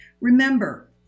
Remember